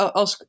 als